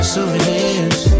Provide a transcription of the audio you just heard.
Souvenirs